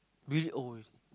bill always